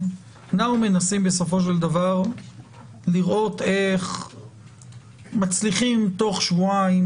אנחנו מנסים בסופו של דבר לראות איך מצליחים תוך שבועיים